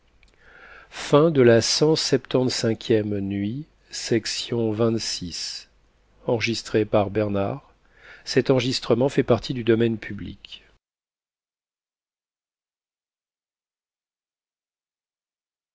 la nuit se